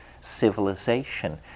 civilization